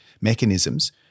mechanisms